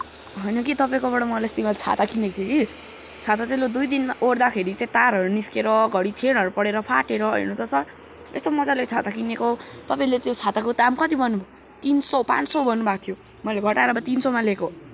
होइन कि तपाईँकोबाट मैले अस्ति मैले छाता किनेको थिएँ कि छाता चाहिँ लु दुई दिनमा ओड्दाखेरि चाहिँ तारहरू निस्किएर घरि छेँडहरू परेर फाटेर होइन त सर यस्तो मजाले छाता किनेको तपाईँले त्यो छाताको दाम कति भन्नुभयो तिन सौ पाँच सौ भन्नुभएको थियो मैले घटाएर अब तिन सौमा लिएको